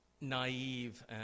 naive